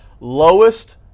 lowest